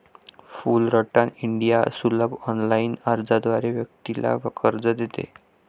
Fullerton India सुलभ online अर्जाद्वारे व्यक्तीला कर्ज देते